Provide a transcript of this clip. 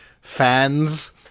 fans